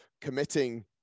committing